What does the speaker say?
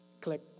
Click